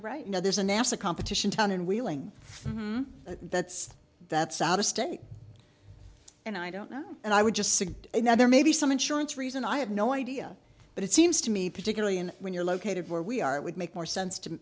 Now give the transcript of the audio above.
right now there's a nasa competition town in wheeling that's that's out of state and i don't know and i would just suggest that there may be some insurance reason i have no idea but it seems to me particularly in when you're located where we are it would make more sense to